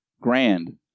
grand